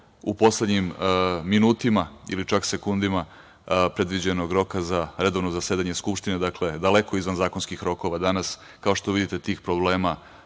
u poslednjim minutima ili čak sekundama predviđenog roka za redovno zasedanje Skupštine, dakle, daleko izvan zakonskih rokova. Dakle, daleko izvan zakonskih